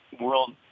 world